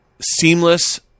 seamless